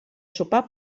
sopar